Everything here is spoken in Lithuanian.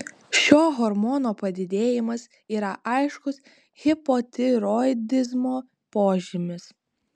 šio hormono padidėjimas yra aiškus hipotiroidizmo požymis